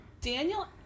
Daniel